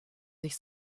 sich